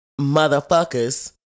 motherfuckers